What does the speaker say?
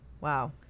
Wow